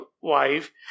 wife